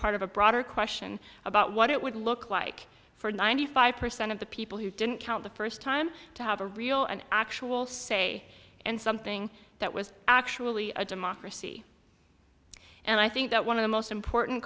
part of a broader question about what it would look like for ninety five percent of the people who didn't count the first time to have a real an actual say and something that was actually a democracy and i think that one of the most important